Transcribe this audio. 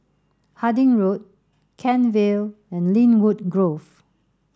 Harding Road Kent Vale and Lynwood Grove